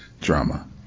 Drama